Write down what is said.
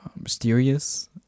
mysterious